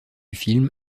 film